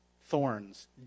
thorns